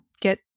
get